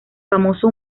famoso